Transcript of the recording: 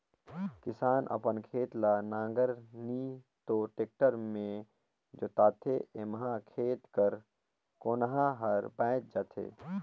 किसान अपन खेत ल नांगर नी तो टेक्टर मे जोतथे एम्हा खेत कर कोनहा हर बाएच जाथे